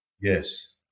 Yes